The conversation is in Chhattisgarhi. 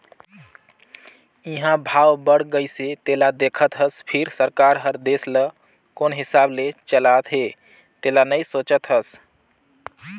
इंहा भाव बड़ गइसे तेला देखत हस फिर सरकार हर देश ल कोन हिसाब ले चलात हे तेला नइ सोचत हस